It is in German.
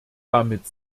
damit